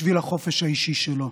בשביל החופש האישי שלו,